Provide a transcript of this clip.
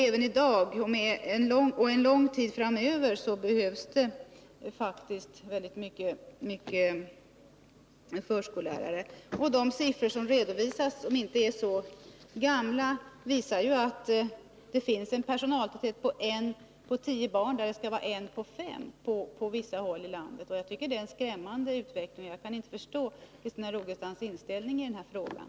Även i dag och en lång tid framöver behövs faktiskt väldigt många förskollärare. De siffror som redovisas och som inte är så gamla visar att det på vissa håll i landet är en personaltäthet om en på tio barn, där det skall vara en på fem barn. Jag tycker att det är en skrämmande utveckling, och jag kan inte förstå Christina Rogestams inställning i den här frågan.